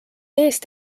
eest